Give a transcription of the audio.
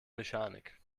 mechanik